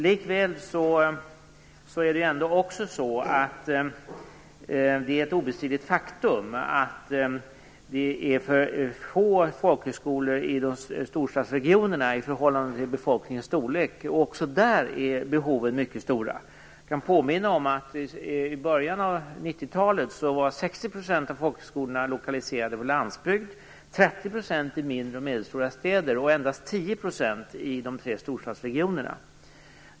Likväl är det ett obestridligt faktum att det finns för få folkhögskolor i storstadsregionerna i förhållande till befolkningens storlek. Också där är behoven mycket stora. Jag kan påminna om att i början av 90-talet var 60 % av folkhögskolorna lokaliserade till landsbygden. 30 % fanns i mindre och medelstora städer, och endast 10 % var lokaliserade till de tre storstadsregionerna.